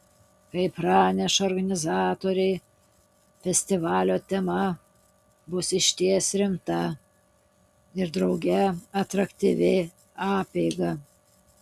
kaip praneša organizatoriai festivalio tema bus išties rimta ir drauge atraktyvi apeiga